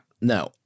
No